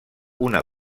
una